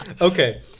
Okay